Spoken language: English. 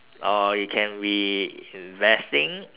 or it can be investing